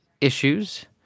issues